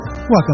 Welcome